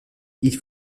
ils